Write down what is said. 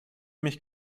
mich